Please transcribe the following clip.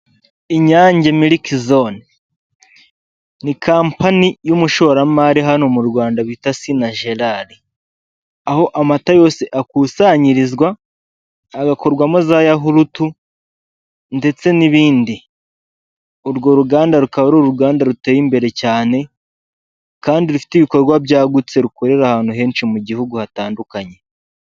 Inyange milii zone ni kampani y'umushoramari hano mu Rwanda bita Sina na Gerard, aho amata yose akusanyirizwa agakorwamo za yahurutu ndetse n'ibindi. Urwo ruganda rukaba ari uruganda ruteye imbere cyane kandi rufite ibikorwa byagutse rukorera ahantu henshi mu gihugu hatandukanye.